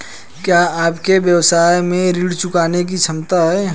क्या आपके व्यवसाय में ऋण चुकाने की क्षमता है?